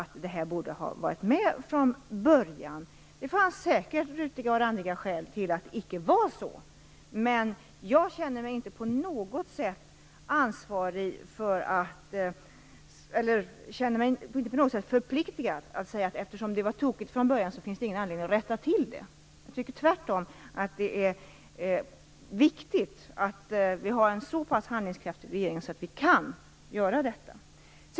Tunneln borde ha varit med från början. Det fanns säkert rutiga och randiga skäl till att den inte var det, men jag känner mig inte på något sätt förpliktad att säga att det inte finns någon anledning att rätta till det eftersom det var tokigt från början. Jag tycker tvärtom att det är viktigt att vi har en så pass handlingskraftig regering så att vi kan göra detta.